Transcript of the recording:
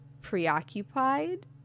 preoccupied